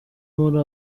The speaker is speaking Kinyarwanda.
muri